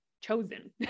chosen